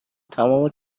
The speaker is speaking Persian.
تمام